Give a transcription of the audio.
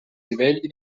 livelli